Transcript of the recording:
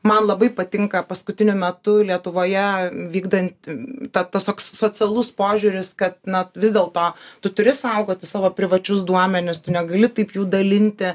man labai patinka paskutiniu metu lietuvoje vykdant tas toks socialus požiūris kad na vis dėlto tu turi saugoti savo privačius duomenis tu negali taip jų dalinti